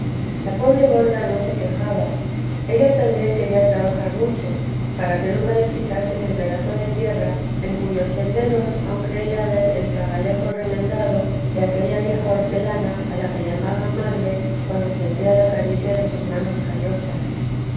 la pobre borda no se quejaba ella también quería trabajar mucho para que nunca les quitasen el pedazo de tierra en cuyos senderos aún creía ver el zagalejo remendado de aquella vieja hortelana a la que llamaba madre cuando sentía la caricia de sus manos callosas